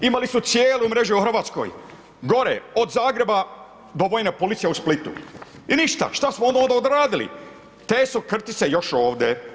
Imali su cijelu mrežu u Hrvatskoj, gore od Zagreba do vojne policije u Splitu i ništa, šta smo onda ovdje odradili, te su krtice još ovdje.